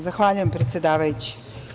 Zahvaljujem, predsedavajući.